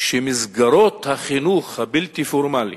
שמסגרות החינוך הבלתי פורמלי,